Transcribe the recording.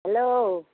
hello